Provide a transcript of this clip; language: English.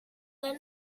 then